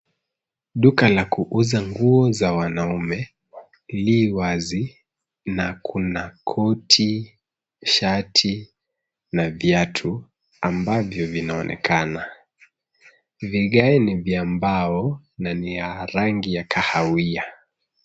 Duka la kuuza nguo za wanaume li wazi na kuna koti, shati na viatu ambavyo vinaonekana. Vigae ni vya mbao na ni ya rangi ya kahawia.